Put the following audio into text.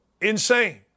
insane